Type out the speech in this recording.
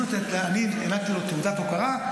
אני הענקתי תעודת הוקרה,